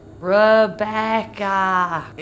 Rebecca